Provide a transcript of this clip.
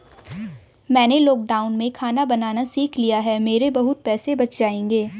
मैंने लॉकडाउन में खाना बनाना सीख लिया है, मेरे बहुत पैसे बच जाएंगे